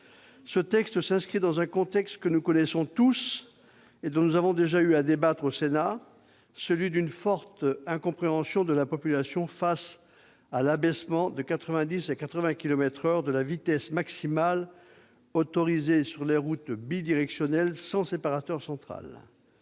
Ce texte s'inscrit dans un contexte que nous connaissons tous et dont nous avons déjà eu à débattre au Sénat : la forte incompréhension de la population à propos de l'abaissement de 90 à 80 kilomètres par heure de la vitesse maximale autorisée sur les routes bidirectionnelles sans séparateur central.